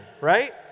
Right